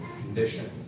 condition